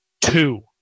two